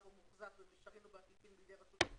בו מוחזק במישרין או בעקיפין על ידי רשות מקומית,